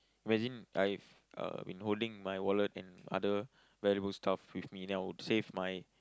imagine I've uh been holding my wallet and other valuable stuff with me then I would save my